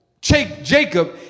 Jacob